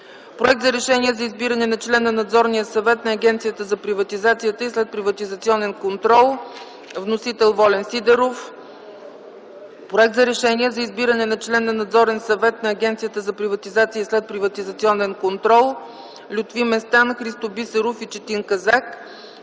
Проект за решение за избиране на член на Надзорния съвет на Агенцията за приватизация и следприватизационен контрол. Вносител е Волен Сидеров. Проект за решение за избиране на член на Надзорния съвет на Агенцията за приватизация и следприватизационен контрол. Вносители са Лютви Местан, Христо Бисеров и Четин Казак.